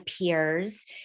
peers